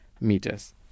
meters